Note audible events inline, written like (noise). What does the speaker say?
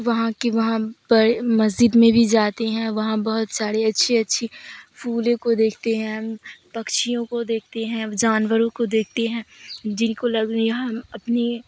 وہاں کی وہاں مسجد میں بھی جاتے ہیں وہاں بہت ساری اچھی اچھی پھولوں کو دیکھتے ہیں پکچھیوں کو دیکھتے ہیں جانوروں کو دیکھتے ہیں جن کو (unintelligible) اپنی